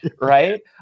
Right